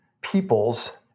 peoples